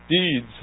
deeds